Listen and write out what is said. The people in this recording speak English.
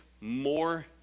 more